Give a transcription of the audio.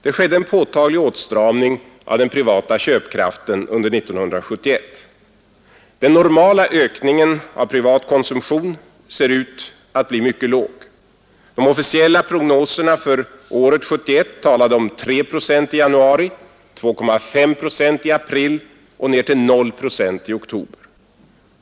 Det skedde en påtaglig åtstramning av den privata köpkraften under 1971. Den normala ökningen av privat konsumtion ser ut att bli mycket låg. De officiella prognoserna för året 1971 talade om 3 procent i januari, 2,5 procent i april och ner till O procent i oktober.